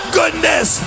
goodness